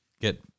get